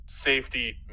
safety